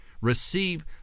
receive